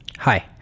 Hi